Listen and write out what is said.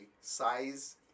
Size